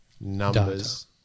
numbers